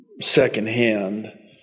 secondhand